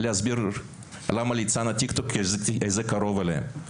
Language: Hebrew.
כי זה נושא שקרוב אליהן.